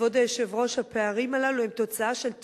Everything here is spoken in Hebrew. כבוד היושב-ראש, הפערים הללו הם תוצאה של תפיסות,